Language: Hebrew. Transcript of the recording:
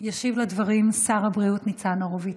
ישיב על דברים שר הבריאות ניצן הורוביץ.